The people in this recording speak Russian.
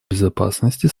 безопасности